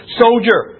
soldier